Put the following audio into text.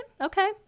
Okay